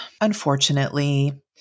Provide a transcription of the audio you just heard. unfortunately